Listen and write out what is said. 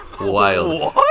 wild